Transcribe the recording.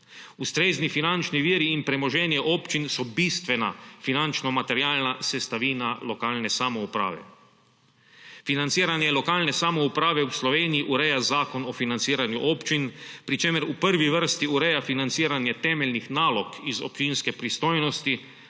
Ustrezni finančni viri in premoženje občin so bistvena finančno-materialna sestavina lokalne samouprave. Financiranje lokalne samouprave v Sloveniji ureja Zakon o financiranju občin, pri čemer v prvi vrsti ureja financiranje temeljnih nalog iz občinske pristojnosti,